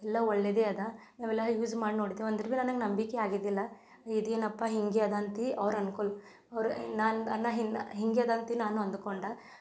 ಎಲ್ಲ ಒಳ್ಳೆಯದೆ ಇದೆ ನಾವೆಲ್ಲ ಯೂಝ್ ಮಾಡಿ ನೋಡಿದ್ದೇವೆ ಅಂದ್ರು ಬಿ ನನಗೆ ನಂಬಿಕೆ ಆಗಿದ್ದಿಲ್ಲ ಇದು ಏನಪ್ಪ ಹಿಂಗೆ ಇದೆ ಅಂತ ಅವ್ರು ಅನ್ಕೊಲ್ ಅವ್ರು ಹಿಂಗಿದೆ ಅಂತ ನಾನು ಅಂದುಕೊಂಡೆ